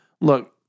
Look